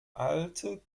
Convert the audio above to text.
alte